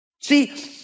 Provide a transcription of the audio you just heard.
See